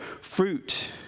fruit